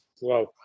Wow